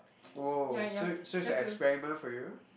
!woah! so so is an experiment for you